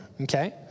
Okay